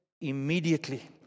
immediately